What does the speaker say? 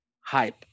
hype